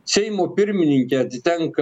seimo pirmininkė atitenka